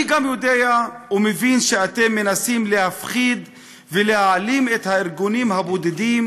אני גם יודע ומבין שאתם מנסים להפחיד ולהעלים את הארגונים הבודדים